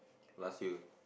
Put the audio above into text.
last year